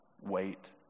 wait